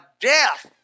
death